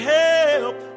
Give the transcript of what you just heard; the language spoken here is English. help